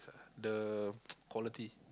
the quality